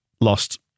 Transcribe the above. lost